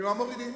ממה מורידים?